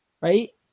right